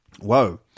Whoa